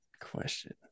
question